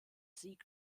sieg